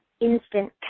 Instant